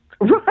right